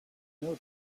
know